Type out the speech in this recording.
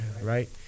right